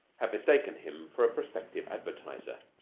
had mistaken him for a prospective advertiser.